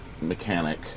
mechanic